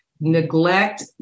Neglect